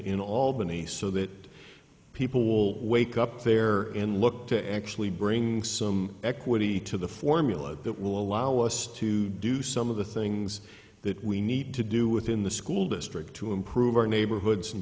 in albany so that people will wake up there and look to actually bring some equity to the formula that will allow us to do some of the things that we need to do within the school district to improve our neighborhoods and